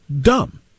dumb